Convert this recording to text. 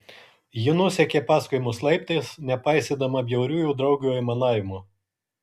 ji nusekė paskui mus laiptais nepaisydama bjauriųjų draugių aimanavimo